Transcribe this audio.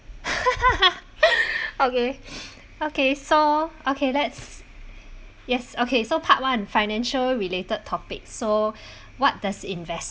okay okay so okay let's yes okay so part one financial related topics so what does invest~